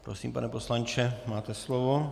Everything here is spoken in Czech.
Prosím, pane poslanče, máte slovo.